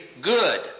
good